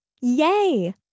Yay